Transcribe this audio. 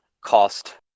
cost